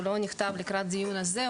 הוא לא נכתב לקראת הדיון הזה,